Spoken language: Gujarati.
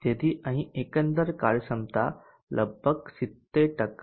તેથી અહીં એકંદર કાર્યક્ષમતા લગભગ 70 હશે